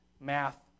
math